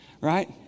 right